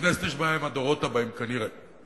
לכנסת יש בעיה עם הדורות הבאים, כנראה.